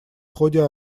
ходе